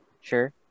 Sure